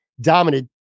dominant